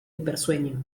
hipersueño